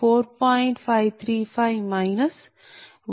4830